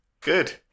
Good